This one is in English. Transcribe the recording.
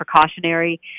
precautionary